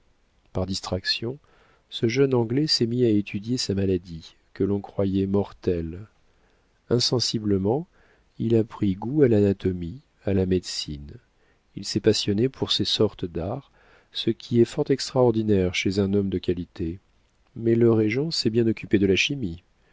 par distraction ce jeune anglais s'est mis à étudier sa maladie que l'on croyait mortelle insensiblement il a pris goût à l'anatomie à la médecine il s'est passionné pour ces sortes d'arts ce qui est fort extraordinaire chez un homme de qualité mais le régent s'est bien occupé de chimie